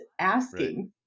asking